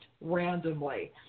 randomly